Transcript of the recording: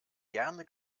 gerne